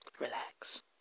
Relax